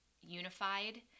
unified